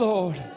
Lord